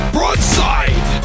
Broadside